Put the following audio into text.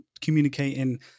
communicating